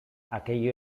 aquello